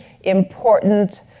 important